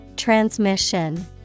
Transmission